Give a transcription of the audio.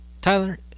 Tyler